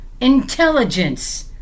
intelligence